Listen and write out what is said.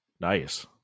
Nice